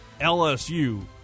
LSU